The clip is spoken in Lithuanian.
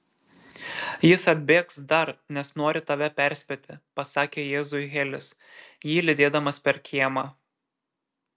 jis atbėgs dar nes nori tave perspėti pasakė jėzui helis jį lydėdamas per kiemą